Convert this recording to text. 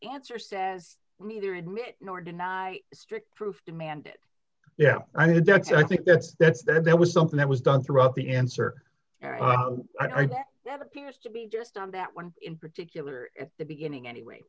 answer says neither admit nor deny strict proof demanded yeah i did that's i think that's that's then there was something that was done throughout the answer that appears to be just on that one in particular at the beginning anyway